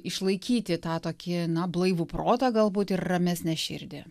išlaikyti tą tokį na blaivų protą galbūt ir ramesnę širdį